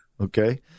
Okay